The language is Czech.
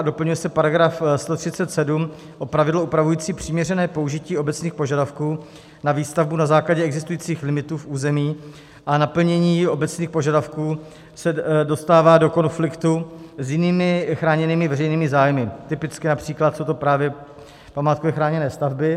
Doplňuje se § 137 o pravidlo upravující přiměřené použití obecných požadavků na výstavbu na základě existujících limitů v území a naplnění obecných požadavků se dostává do konfliktu s jinými chráněnými veřejnými zájmy, typicky například jsou to právě památkově chráněné stavby.